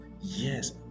Yes